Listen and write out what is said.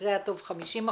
במקרה הטוב 30%,